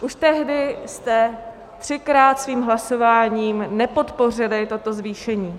Už tehdy jste třikrát svým hlasováním nepodpořili toto zvýšení.